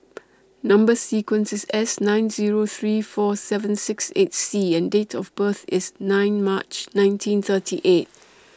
Number sequence IS S nine Zero three four seven six eight C and Date of birth IS nine March nineteen thirty eight